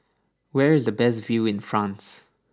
where is the best view in France